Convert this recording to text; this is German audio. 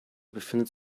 befindet